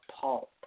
pulp